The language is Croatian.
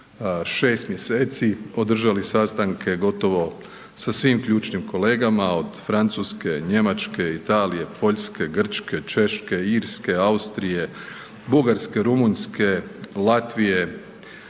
šest mjeseci održali sastanke gotovo sa svim ključnim kolegama od Francuske, Njemačke, Italije, Poljske, Grčke, Češke, Irske, Austrije, Bugarske, Rumunjske, Latvije